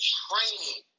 training